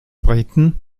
briten